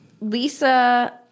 Lisa